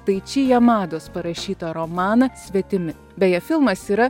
tai chi jamados parašytą romaną svetimi beje filmas yra